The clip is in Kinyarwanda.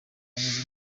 kunyuza